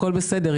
הכול בסדר,